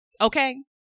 Okay